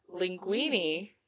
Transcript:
Linguini